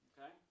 Okay